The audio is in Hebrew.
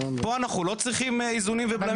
פה אנחנו לא צריכים איזונים ובלמים?